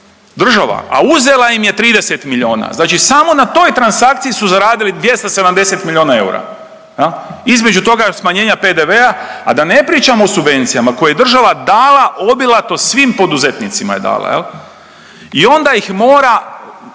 Država. A uzela im je 30 miliona, znači samo na toj transakciji su zaradili 270 miliona eura. Između toga smanjenja PDV-a, a da ne pričamo o subvencijama koje je država dala obilato svim poduzetnicima je dala. I onda ih mora